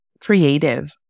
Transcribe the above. creative